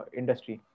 industry